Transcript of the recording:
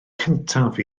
cyntaf